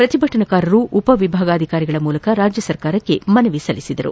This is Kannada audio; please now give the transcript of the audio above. ಪ್ರತಿಭಟನಾಕಾರರು ಉಪವಿಭಾಗಾಧಿಕಾರಿಗಳ ಮೂಲಕ ರಾಜ್ಯ ಸರ್ಕಾರಕ್ಕೆ ಮನವಿ ಸಲ್ಲಿಸಿದರು